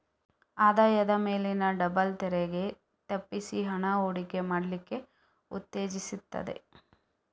ಆದಾಯದ ಮೇಲಿನ ಡಬಲ್ ತೆರಿಗೆ ತಪ್ಪಿಸಿ ಹಣ ಹೂಡಿಕೆ ಮಾಡ್ಲಿಕ್ಕೆ ಉತ್ತೇಜಿಸ್ತದೆ